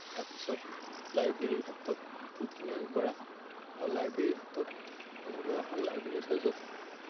তাৰপিছত লাইব্ৰেৰীৰ ক্ষেত্ৰত বহুতখিনি আগবঢ়া আৰু লাইব্ৰেৰীৰ ক্ষেত্ৰত এনেকুৱা এখন লাইব্ৰেৰী আছে য'ত